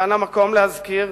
כאן המקום להזכיר